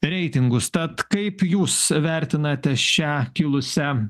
reitingus tad kaip jūs vertinate šią kilusią